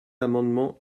amendements